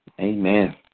Amen